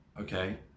Okay